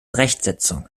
rechtsetzung